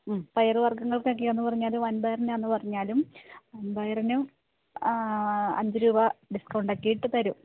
ഉം പയറ് വര്ഗങ്ങള്ക്ക് ഒക്കെയെന്ന് പറഞ്ഞാൽ വന്പയറിനാന്ന് പറഞ്ഞാലും വന്പയറിനും അഞ്ച് രൂപ ഡിസ്ക്കൗണ്ടെക്കെ ഇട്ട് തരും